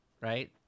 right